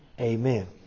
amen